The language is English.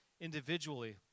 individually